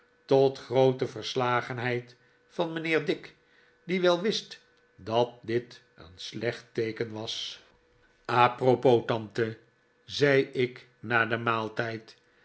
tot groote verslagenheid van mijnheer dick die wel wist dat dit een slecht teeken was david copperfield a propos tante zei ik na den maaltijd